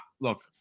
look